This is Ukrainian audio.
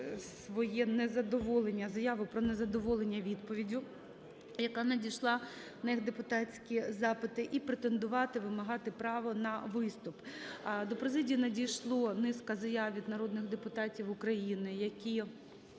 своє незадоволення, заяву про незадоволення відповіддю, яка надійшла на їх депутатські запити, і претендувати, вимагати право на виступ. До президії надійшла низка заяв від народних депутатів України, які